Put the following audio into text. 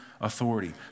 authority